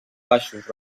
baixos